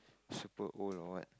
super old or what